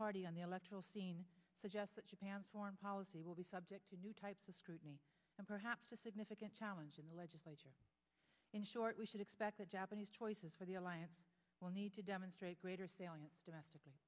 party on the electoral scene suggest that you foreign policy will be subject to new types of scrutiny and perhaps a significant challenge in the legislature in short we should expect the japanese choices for the alliance will need to demonstrate greater salience domestically